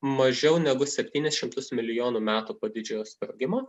mažiau negu septynis šimtus milijonų metų po didžiojo sprogimo